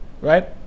Right